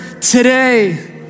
today